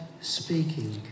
speaking